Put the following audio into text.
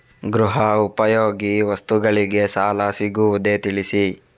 ಗೃಹ ಉಪಯೋಗಿ ವಸ್ತುಗಳಿಗೆ ಸಾಲ ಸಿಗುವುದೇ ತಿಳಿಸಿ?